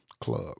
Club